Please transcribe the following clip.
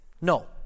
No